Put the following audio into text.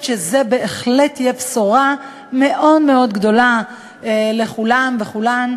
כדי למנוע את המצב הזה ואת הסיטואציה